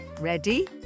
Ready